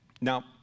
Now